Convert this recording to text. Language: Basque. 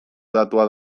hedatua